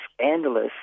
scandalous